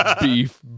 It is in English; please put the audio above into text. beef